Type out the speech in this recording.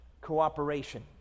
cooperation